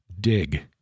dig